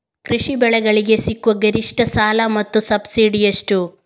ಕೃಷಿ ಬೆಳೆಗಳಿಗೆ ಸಿಗುವ ಗರಿಷ್ಟ ಸಾಲ ಮತ್ತು ಸಬ್ಸಿಡಿ ಎಷ್ಟು?